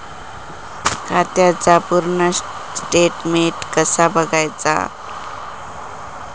खात्याचा पूर्ण स्टेटमेट कसा बगायचा?